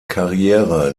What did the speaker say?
karriere